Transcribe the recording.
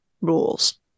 rules